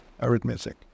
arithmetic